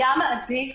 היה מעדיף